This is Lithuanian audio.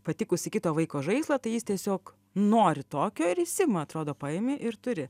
patikusį kito vaiko žaislą tai jis tiesiog nori tokio ir jis ima atrodo paimi ir turi